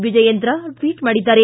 Vijayendra tweet ಮಾಡಿದ್ದಾರೆ